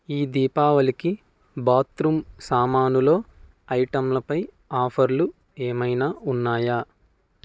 ఈ దీపావళికి బాత్రూమ్ సామానులో ఐటంలపై ఆఫర్లు ఏమైనా ఉన్నాయా